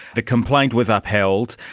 the complaint was upheld.